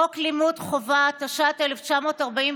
חוק לימוד חובה, התש"ט 1949,